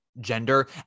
gender